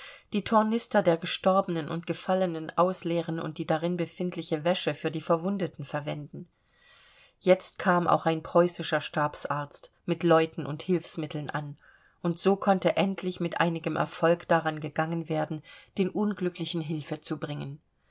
die tornister der gestorbenen und gefallenen ausleeren und die darin befindliche wäsche für die verwundeten verwenden jetzt kam auch ein preußischer stabsarzt mit leuten und hilfsmitteln an und so konnte endlich mit einigem erfolg daran gegangen werden den unglücklichen hilfe zu bringen